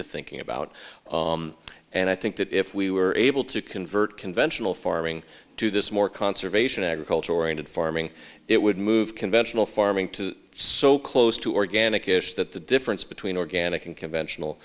to thinking about and i think that if we were able to convert conventional farming to this more conservation agriculture oriented farming it would move conventional farming to so close to organic ish that the difference between organic and conventional